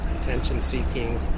Attention-seeking